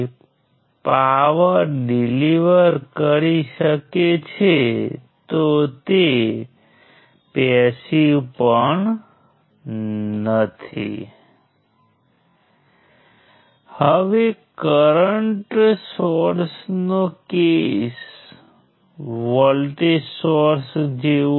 કે સંભવતઃ અન્ય ઘણા લોકો છે તમે ફક્ત આ ગ્રાફ લઈ શકો છો અને પછી તેમને જાતે બનાવી શકો છો